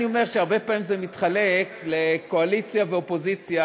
אני אומר שהרבה פעמים זה מתחלק לקואליציה ואופוזיציה,